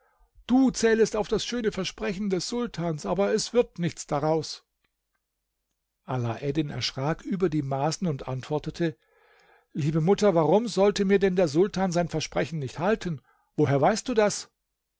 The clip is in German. du zählest auf das schöne versprechen des sultans aber es wird nichts daraus alaeddin erschrak über die maßen und antwortete liebe mutter warum sollte mir denn der sultan sein versprechen nicht halten woher weißt du das